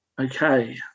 okay